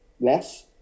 less